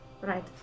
Right